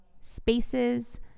spaces